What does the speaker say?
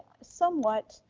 somewhat,